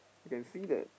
can see that